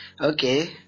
Okay